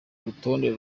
rutonde